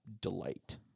delight